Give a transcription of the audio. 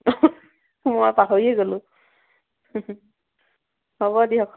মই পাহৰিয়ে গ'লোঁ হ'ব দিয়ক